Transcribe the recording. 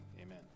amen